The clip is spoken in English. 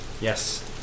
Yes